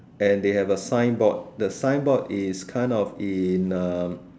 and they have a signboard the signboard is kind of in um